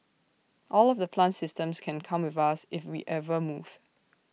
all of the plant systems can come with us if we ever move